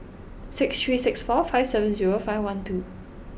six three six four five seven zero five one two